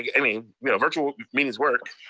like i mean you know virtual meetings work,